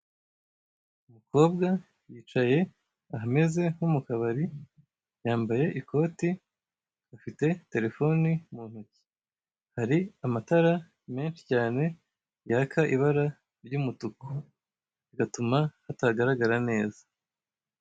Umukobwa yicaye ahameze nko mu kabari, yambaye ikoti, afite telefone mu ntoki, hari amatara menshi cyane yaka ibara ry'umutuku, bigatuma haragaragara neza.